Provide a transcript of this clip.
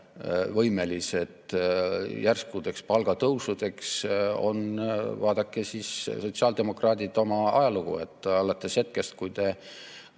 võimelised järskudeks palgatõusudeks? Vaadake, sotsiaaldemokraadid, oma ajalugu. Alates hetkest, kui te